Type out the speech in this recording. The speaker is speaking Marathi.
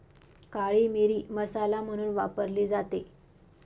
काळी मिरी मसाला म्हणून वापरली जाते